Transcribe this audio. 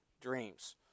dreams